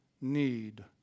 need